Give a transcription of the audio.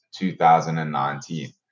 2019